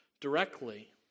directly